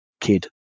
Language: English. kid